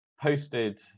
posted